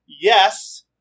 yes